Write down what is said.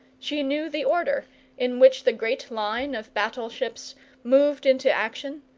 she knew the order in which the great line-of-battle ships moved into action,